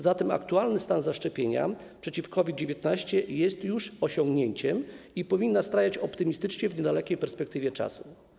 Zatem aktualny stan zaszczepienia przeciw COVID-19 jest już osiągnięciem i powinien nastrajać optymistycznie w niedalekiej perspektywie czasu.